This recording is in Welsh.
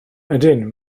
ydyn